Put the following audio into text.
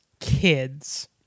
Kids